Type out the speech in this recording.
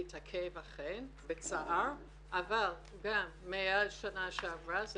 אכן לצערי זה התעכב אבל מאז שנה שעברה,